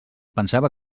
pensava